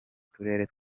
turere